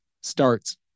starts